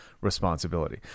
responsibility